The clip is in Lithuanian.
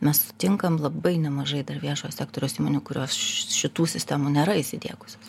mes sutinkam labai nemažai dar viešojo sektoriaus įmonių kurios ši šitų sistemų nėra įsidiegusios